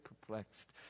perplexed